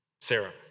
Sarah